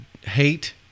hate